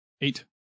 Eight